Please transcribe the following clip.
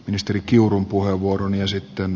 ministeri kiurun puheenvuoron ja sitten